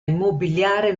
immobiliare